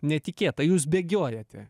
netikėta jūs bėgiojate